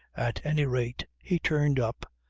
at any rate he turned up,